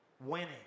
Winning